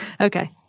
Okay